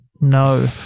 no